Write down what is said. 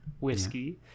whiskey